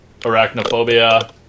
Arachnophobia